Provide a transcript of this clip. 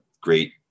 great